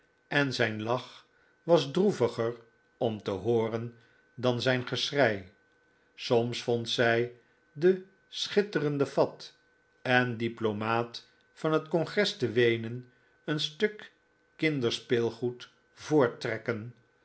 en zijn lach was droeviger om te hooren dan zijn geschrei soms vond zij den schitterenden fat en diplomaat van het congres te weenen een stuk kinderspeelgoed voorttrekken